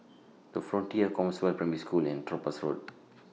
The Frontier Compassvale Primary School and Topaz Road